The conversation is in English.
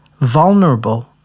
vulnerable